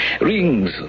Rings